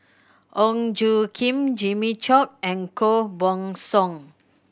Ong Tjoe Kim Jimmy Chok and Koh Buck Song